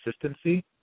consistency